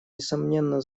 несомненно